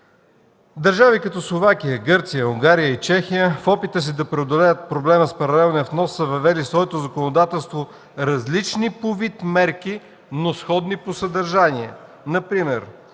Държави като Словакия, Гърция, Унгария и Чехия в опита си да преодолеят проблема с паралелния внос са въвели в своето законодателство различни по вид мерки, но сходни по съдържание.